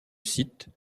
site